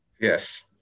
Yes